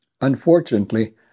Unfortunately